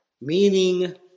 meaning